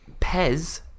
Pez